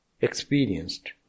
experienced